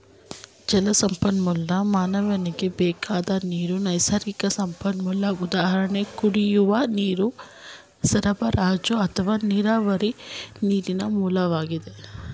ಜಲಸಂಪನ್ಮೂಲ ಮಾನವನಿಗೆ ಬೇಕಾದ ನೀರಿನ ನೈಸರ್ಗಿಕ ಸಂಪನ್ಮೂಲ ಉದಾಹರಣೆ ಕುಡಿಯುವ ನೀರು ಸರಬರಾಜು ಅಥವಾ ನೀರಾವರಿ ನೀರಿನ ಮೂಲವಾಗಿ